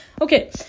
Okay